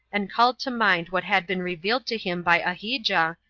and called to mind what had been revealed to him by ahijah,